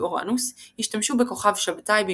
של אוראנוס – השתמשו בכוכב שבתאי במקומו.